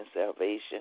salvation